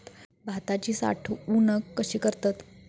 भाताची साठवूनक कशी करतत?